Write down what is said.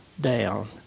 down